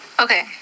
Okay